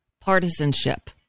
partisanship